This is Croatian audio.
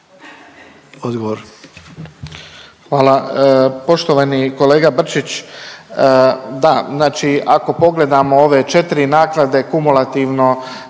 Odgovor.